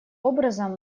образом